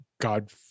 God